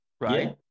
right